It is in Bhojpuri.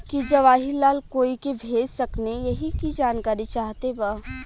की जवाहिर लाल कोई के भेज सकने यही की जानकारी चाहते बा?